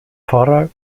pfarrer